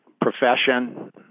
profession